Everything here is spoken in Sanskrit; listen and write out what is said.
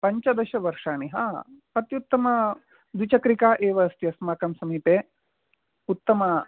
पञ्चदशवर्षाणि हा अत्युत्तमद्विचक्रिका एव अस्ति अस्माकं समीपे उत्तम